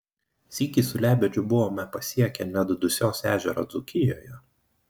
sykį su lebedžiu buvome pasiekę net dusios ežerą dzūkijoje